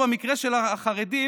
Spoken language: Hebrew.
במקרה של החרדים,